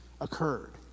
occurred